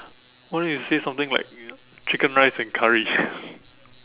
why don't you say something like chicken rice and curry